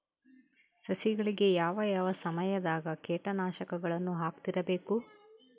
ಸಸಿಗಳಿಗೆ ಯಾವ ಯಾವ ಸಮಯದಾಗ ಕೇಟನಾಶಕಗಳನ್ನು ಹಾಕ್ತಿರಬೇಕು?